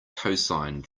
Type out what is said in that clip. cosine